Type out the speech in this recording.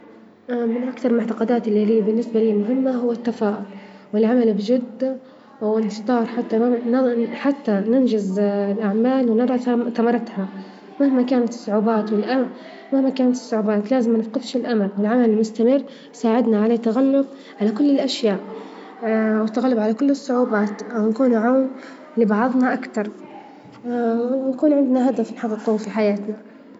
من أكثر المعتقدات إللي لي بالنسبة لي مهمة هوالتفاؤل والعمل بجد، نشتغل حتى- حتى ننجز الأعمال ونرى ثمارتها، مهما كانت الصعوبات، والأ- مهما كانت الصعوبات لازم ما نفقدش الأمل، العمل المستمر، يساعدنا على التغلب على كل الأشياء، والتغلب على كل الصعوبات لبعظنا أكتر وإن يكون عندنا هدف نحب نكون في حياتنا.